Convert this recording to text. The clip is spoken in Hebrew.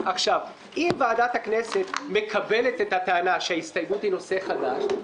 אם ועדת הכנסת מקבלת את הטענה שההסתייגות היא נושא חדש,